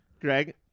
Greg